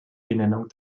benennung